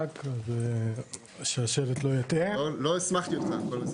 אני מצטרף לתודות ליוזמי הדיון,